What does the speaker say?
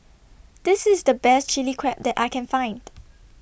This IS The Best Chili Crab that I Can Find